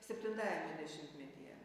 septintajame dešimtmetyje